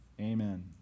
amen